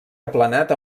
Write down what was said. aplanat